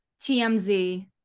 TMZ